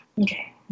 Okay